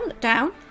down